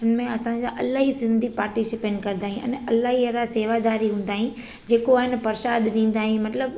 हुन में असांजा इलाही सिंधी पार्टीसिपेन कंदा आहिनि अने इलाही अहिड़ा सेवादारी हूंदा आहिनि जेको आहे न प्रसाद ॾींदा आहियूं मतलबु